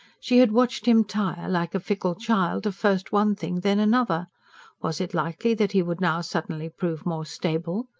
she had watched him tire, like a fickle child, of first one thing, then another was it likely that he would now suddenly prove more stable?